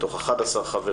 מתוך 11 חברים,